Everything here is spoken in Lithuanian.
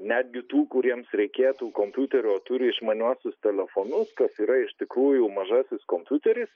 netgi tų kuriems reikėtų kompiuterio turi išmaniuosius telefonus kas yra iš tikrųjų mažasis kompiuteris